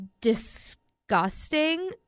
disgusting